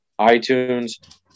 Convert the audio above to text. iTunes